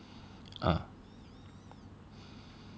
uh